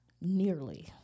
Nearly